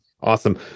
Awesome